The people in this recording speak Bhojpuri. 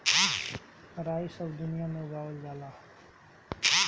राई सब दुनिया में उगावल जाला